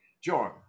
John